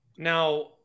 Now